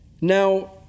Now